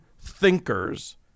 thinkers